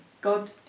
God